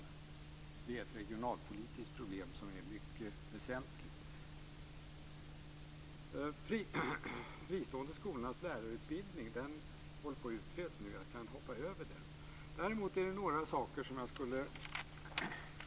Det är ett regionalpolitiskt problem som är mycket väsentligt. De fristående skolornas lärarutbildning håller på att utredas, så jag kan hoppa över den. Däremot är det några saker som jag kort skall beröra.